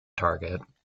target